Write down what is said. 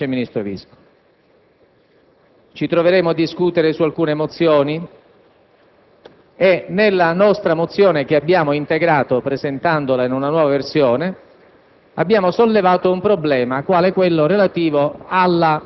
alla Guardia di finanza e al vice ministro Visco. Ci troveremo a discutere su alcune mozioni; nella nostra, che abbiamo integrato presentandola in una nuova versione,